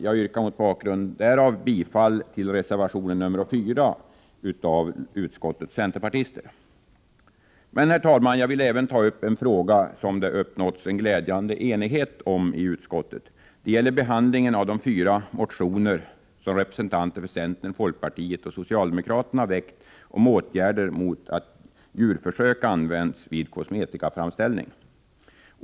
Jag yrkar mot bakgrund härav bifall till reservation 4 av lagutskottets centerpartister. Herr talman! Jag vill även ta upp en fråga som det glädjande nog uppnåtts enighet om i utskottet. Det gäller behandlingen av de fyra motioner som representanter för centern, folkpartiet och socialdemokraterna väckt om åtgärder mot att djurförsök används vid kosmetikaframställning.